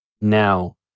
Now